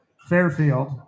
Fairfield